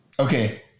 Okay